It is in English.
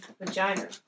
vagina